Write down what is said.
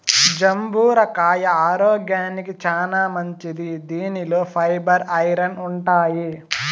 జంబూర కాయ ఆరోగ్యానికి చానా మంచిది దీనిలో ఫైబర్, ఐరన్ ఉంటాయి